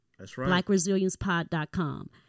Blackresiliencepod.com